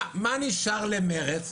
מה נשאר למרצ?